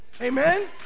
Amen